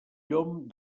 llom